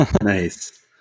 Nice